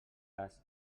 cas